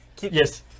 Yes